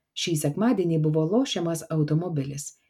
šį sekmadienį buvo lošiamas automobilis